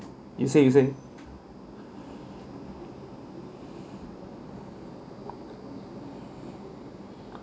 you say you say